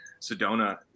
Sedona